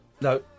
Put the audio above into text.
No